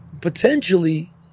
potentially